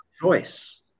choice